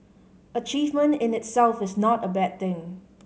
achievement in itself is not a bad thing